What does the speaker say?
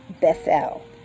Bethel